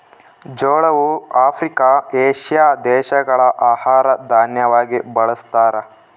ಜೋಳವು Africa, Asia ದೇಶಗಳ ಆಹಾರ ದಾನ್ಯವಾಗಿ ಬಳಸ್ತಾರ